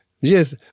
yes